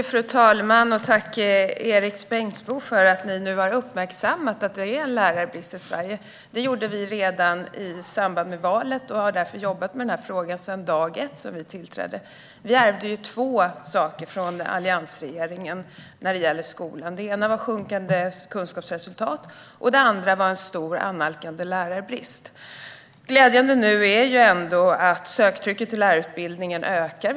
Fru talman! Jag vill tacka Erik Bengtzboe för att Moderaterna nu har uppmärksammat att det är lärarbrist i Sverige. Det gjorde vi redan i samband med valet och har därför jobbat med frågan sedan första dagen vi tillträdde. Vi ärvde två saker från alliansregeringen när det gäller skolan. Det ena var sjunkande kunskapsresultat, och det andra var en stor annalkande lärarbrist. Det är ändå glädjande att söktrycket till lärarutbildningen nu ökar.